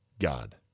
God